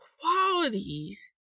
qualities